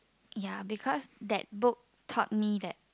ya because that book taught me that